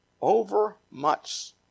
overmuch